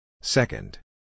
Second